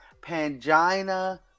Pangina